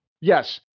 Yes